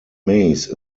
maize